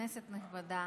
כנסת נכבדה,